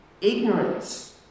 ignorance